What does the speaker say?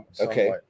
okay